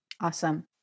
Awesome